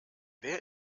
wer